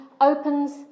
opens